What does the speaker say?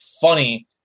funny